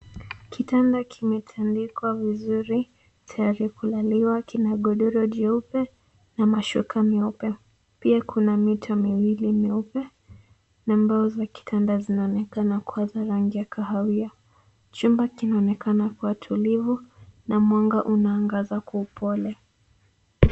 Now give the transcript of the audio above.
Kitanda kiwetandikwa vizuri tayari kulaliwa. Kina godoro jeupe na mashuka meupe. Pia kuna mito miwili mieupe na mbao za kitanda zinaonekana kuwa za rangi ya kahawia. Chumba kinaonekana kuwa tulivu na mwanga unaangaza kwa upole.